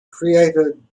created